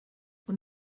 und